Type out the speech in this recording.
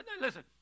listen